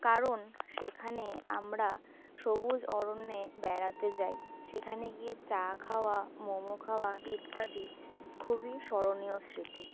কারণ সেখানে আমরা সবুজ অরণ্যে বেড়াতে যাই সেখানে গিয়ে চা খাওয়া মোমো খাওয়া ইত্যাদি খুবই স্মরণীয় স্মৃতি